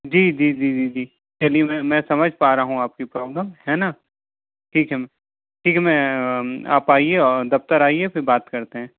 जी जी जी जी जी चलिए मैं समझ पा रहा हूँ आपकी प्रॉब्लम है ना ठीक है ठीक है मैं आप आइए दफ़्तर आइए फिर बात करते हैं